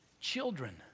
children